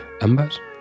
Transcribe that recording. ambas